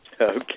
Okay